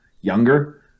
younger